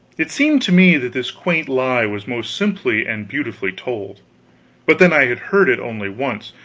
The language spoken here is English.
it seemed to me that this quaint lie was most simply and beautifully told but then i had heard it only once,